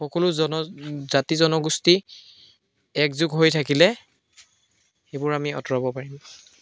সকলো জন জাতি জনগোষ্ঠী একযোগ হৈ থাকিলে সেইবোৰ আমি আঁতৰাব পাৰিম